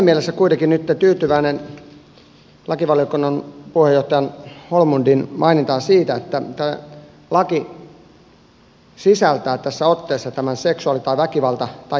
olen kuitenkin nyt tyytyväinen lakivaliokunnan puheenjohtaja holmlundin mainintaan siitä että tämä laki sisältää tässä otteessa tämän seksuaali tai väkivalta tai huumausainerikoksen maininnan